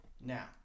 Now